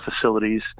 facilities